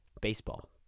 Baseball